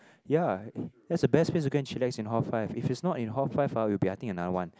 ya that's the best place to go and chillax in hall five if it's not in hall five ah will be I think another one